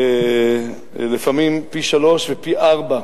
לפעמים פי-שלושה ופי-ארבעה,